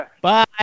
Bye